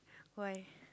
why